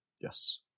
yes